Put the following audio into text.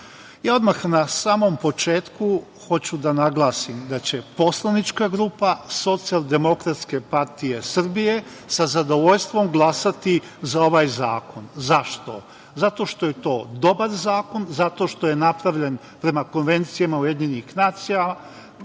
ja odmah na samom početku hoću da naglasim da će poslanička grupa SDPS sa zadovoljstvom glasati za ovaj zakon. Zašto? Zato što je to dobar zakon, zato što je napravljen prema konvencijama UN, zatim,